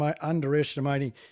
underestimating